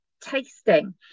tasting